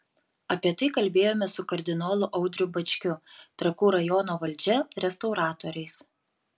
apie tai kalbėjomės su kardinolu audriu bačkiu trakų rajono valdžia restauratoriais